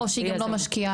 לא,